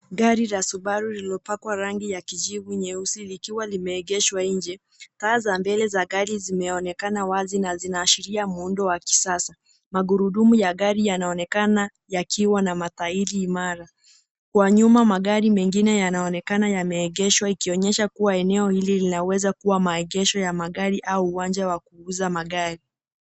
Gari la subaru lililopakwa rangi ya kijivu nyeusi likiwa limeegeshwa nje , taa za mbele za gari zimeonekana wazi na zinaashiia muundo wa kisasa. Magurudumu ya gari yanaonekana yakiwa na matairi imara kwa nyuma magari mengine yanaonekana yameegeshwa ikionyesha eneo hili linaweza kuwa maegesho ya magari au uwanja wa kuuza magari.